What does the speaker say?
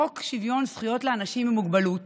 חוק שוויון זכויות לאנשים עם מוגבלות